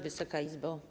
Wysoka Izbo!